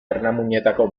ernamuinetako